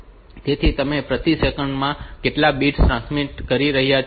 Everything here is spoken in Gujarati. તેથી તમે પ્રતિ સેકન્ડ માં કેટલા બિટ્સ ટ્રાન્સમિટ કરી રહ્યાં છો